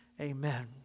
Amen